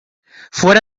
fuera